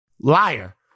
Liar